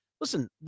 listen